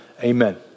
Amen